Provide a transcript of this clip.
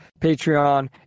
Patreon